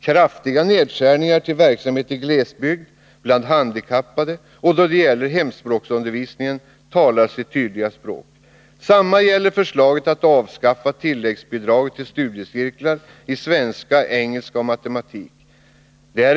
Kraftiga nedskärningar beträffande verksamhet i glesbygd och verksamhet bland handikappade samt då det gäller hemspråksundervisningen talar sitt tydliga språk. På samma sätt förhåller det sig när det gäller förslaget att avskaffa tilläggsbidraget till studiecirklar i svenska, engelska och matematik.